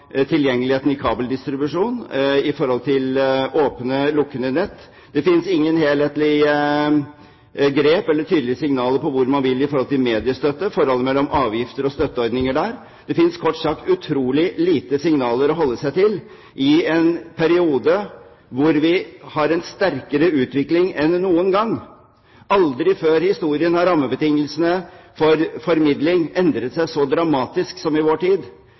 tilgjengeligheten i kabeldistribusjon knyttet til åpne og lukkede nett. Det finnes ingen helhetlige grep eller tydelige signaler om hvor man vil når det gjelder mediestøtte, forholdet mellom avgifter og støtteordninger der. Det finnes kort sagt utrolig få signaler å holde seg til i en periode hvor vi har en sterkere utvikling enn noen gang. Aldri før i historien har rammebetingelsene for formidling endret seg så dramatisk som i vår tid.